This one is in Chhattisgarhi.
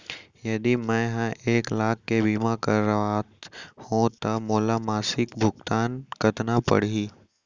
यदि मैं ह एक लाख के बीमा करवात हो त मोला मासिक भुगतान कतना पड़ही?